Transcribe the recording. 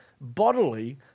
bodily